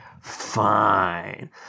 fine